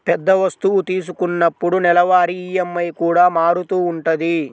పెద్ద వస్తువు తీసుకున్నప్పుడు నెలవారీ ఈఎంఐ కూడా మారుతూ ఉంటది